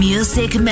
Music